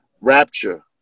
Rapture